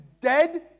dead